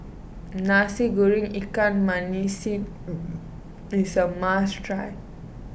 Nasi Goreng Ikan Masin is a must try